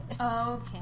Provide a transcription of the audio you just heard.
Okay